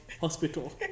hospital